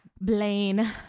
Blaine